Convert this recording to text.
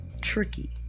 tricky